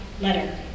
letter